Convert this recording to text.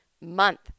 month